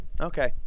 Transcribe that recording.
okay